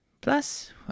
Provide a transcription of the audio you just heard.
Plus